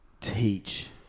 teach